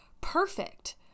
perfect